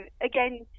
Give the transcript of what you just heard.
again